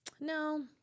No